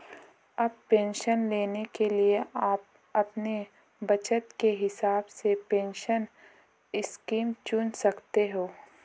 अब पेंशन लेने के लिए आप अपने बज़ट के हिसाब से पेंशन स्कीम चुन सकते हो